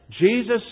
Jesus